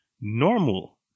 normal